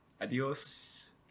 adios